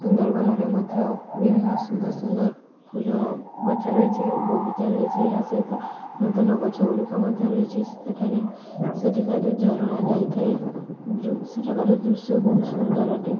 ସୁନ୍ଦରବନରେ ମଧ୍ୟ ବିଭିନ୍ନ ସୁନ୍ଦର ସୁନ୍ଦର ଫୁଲ ଗଛ ରହିଛି ବଗିଚା ରହିଚି ଏହା ସହିତ ନୂତନ ଗଛ ଗୁଡ଼ିକ ମଧ୍ୟ ରହିଛି ସେଠାରେ ସେଠିକାରେ ଝରଣା ଯାଇଥାଏ ସେଠାକାର ଦୃଶ୍ୟ ବହୁତ ସୁନ୍ଦର ଅଟେ